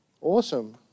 Awesome